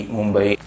Mumbai